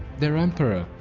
their emperor,